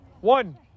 One